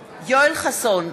חסון,